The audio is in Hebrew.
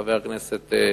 חבר הכנסת מוזס,